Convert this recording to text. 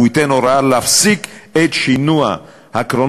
הוא ייתן הוראה להפסיק את שינוע הקרונות